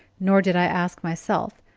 nor did i ask myself,